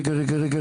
רגע,